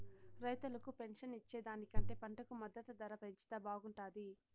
రైతులకు పెన్షన్ ఇచ్చే దానికంటే పంటకు మద్దతు ధర పెంచితే బాగుంటాది